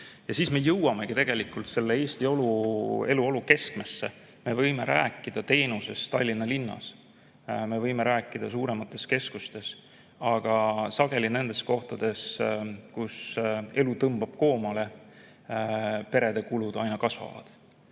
siis me jõuamegi tegelikult selle Eesti eluolu keskmesse. Me võime rääkida teenusest Tallinna linnas, me võime rääkida suuremates keskustes, aga sageli nendes kohtades, kus elu tõmbab koomale, perede kulud aina kasvavad.Me